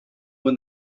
when